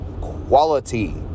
quality